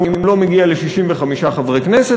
אם הוא לא מגיע ל-65 חברי כנסת,